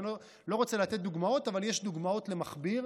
אני לא רוצה לתת דוגמאות, אבל יש דוגמאות למכביר.